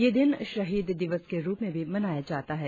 यह दिन शहीद दिवस के रुप में भी मनाया जाता है